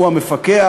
הוא המפקח,